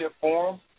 Forum